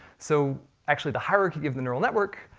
so actually the hierarchy of the neural network,